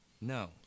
No